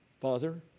Father